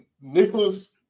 Nicholas